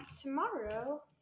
Tomorrow